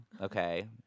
okay